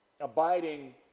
abiding